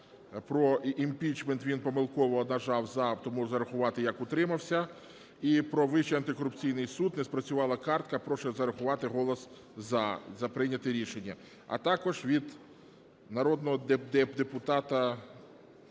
про імпічмент. Він помилково нажав "за", тому зарахувати як "утримався". І про Вищий антикорупційний суд – не спрацювала картка. Прошу зарахувати голос "за" за прийняте рішення. А також від народного депутата Тищенка: